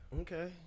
Okay